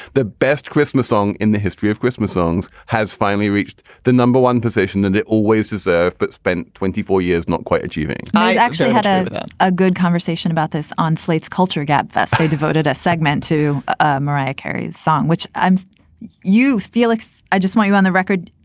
the best christmas song in the history of christmas songs has finally reached the number one position that it always deserved, but spent twenty four years not quite achieving i actually had a good conversation about this. on slate's culture gabfest, i devoted a segment to ah mariah carey's song, which i'm you, felix. i just want you on the record.